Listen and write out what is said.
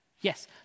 Yes